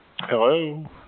Hello